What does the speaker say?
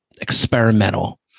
experimental